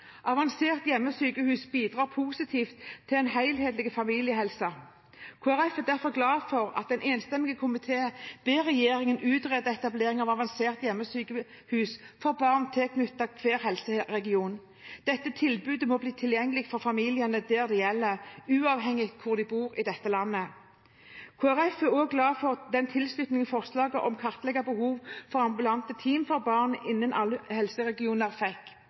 Avansert hjemmesykehus bidrar positivt til den helhetlige familiehelsen. Kristelig Folkeparti er derfor glad for at en enstemmig komité ber regjeringen utrede etablering av avansert hjemmesykehus for barn tilknyttet alle helseregioner. Dette tilbudet må bli tilgjengelig for familiene det gjelder, uavhengig av hvor i landet de bor. Kristelig Folkeparti er også glad for den tilslutningen forslaget om å kartlegge behovet for ambulante team for barn innen alle helseregioner